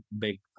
big